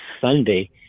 Sunday